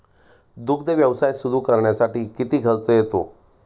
दुग्ध व्यवसाय सुरू करण्यासाठी किती खर्च येतो?